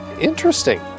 interesting